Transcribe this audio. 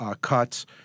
cuts